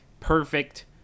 perfect